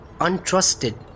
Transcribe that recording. untrusted